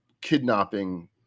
kidnapping